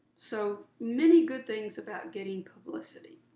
so many good things about getting publicity.